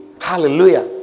Hallelujah